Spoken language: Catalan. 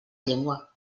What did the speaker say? llengua